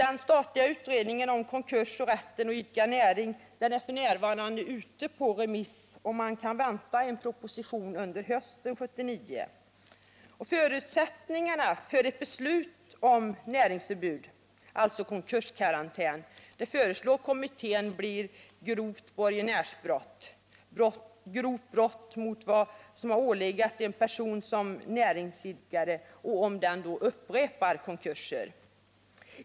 En statlig utredning om konkurs och rätten att idka näring är f. n. ute på remiss, och man kan vänta en proposition under hösten 1979. Förutsättningarna för ett beslut om näringsförbud, alltså konkurskarantän, föreslår kommittén blir grovt borgenärsbrott, grovt brott mot vad som ålegat en person som näringsidkare och upprepade konkurser.